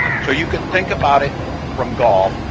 so you could think about it from golf,